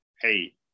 Hey